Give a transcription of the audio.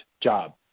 job